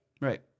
right